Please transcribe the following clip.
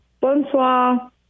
Bonsoir